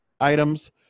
items